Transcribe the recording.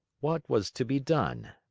what was to be done?